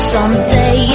Someday